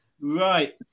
Right